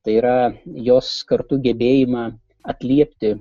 tai yra jos kartu gebėjimą atliepti